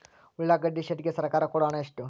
ಉಳ್ಳಾಗಡ್ಡಿ ಶೆಡ್ ಗೆ ಸರ್ಕಾರ ಕೊಡು ಹಣ ಎಷ್ಟು?